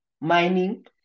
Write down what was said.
mining